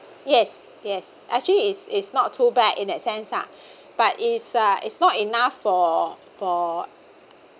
yes yes actually is is not too bad in that sense ah but it's a it's not enough for for